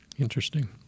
Interesting